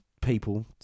people